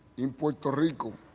in puerto rico,